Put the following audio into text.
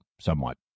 somewhat